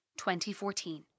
2014